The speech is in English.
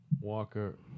Walker